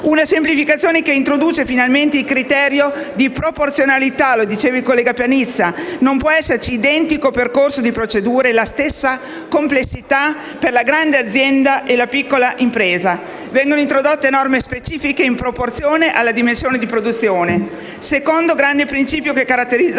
Una semplificazione che introduce finalmente il criterio di proporzionalità, come diceva il collega Panizza: non può esserci identico percorso di procedure, la stessa complessità per la grande azienda e la piccola impresa. Vengono introdotte norme specifiche in proporzione alla dimensione di produzione. Secondo grande principio che caratterizza